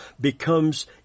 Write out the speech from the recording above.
becomes